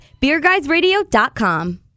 beerguysradio.com